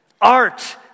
Art